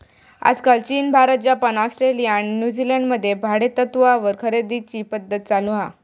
आजकाल चीन, Bharat, Japan, Australia आणि न्यूजीलंड मध्ये भाडेतत्त्वावर खरेदीची पध्दत चालु हा